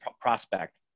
prospect